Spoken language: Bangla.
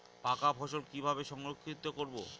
পাকা ফসল কিভাবে সংরক্ষিত করব?